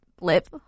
lip